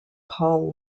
paul